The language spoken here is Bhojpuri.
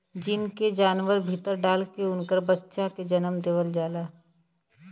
जीन के जानवर के भीतर डाल के उनकर बच्चा के जनम देवल जाला